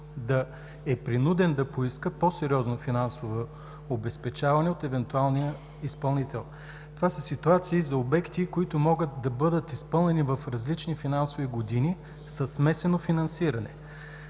да е принуден да поиска по-сериозно финансово обезпечаване от евентуалния изпълнител. Това са ситуации за обекти, които могат да бъдат изпълнени в различни финансови години със смесено финансиране.